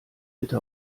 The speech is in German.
bitte